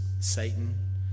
Satan